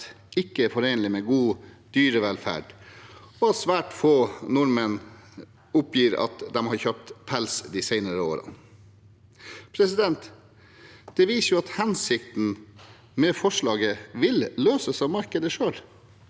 ikke er forenlig med god dyrevelferd, og at svært få nordmenn oppgir at de har kjøpt pels de senere årene. Det viser jo at hensikten med forslaget vil løses av markedet selv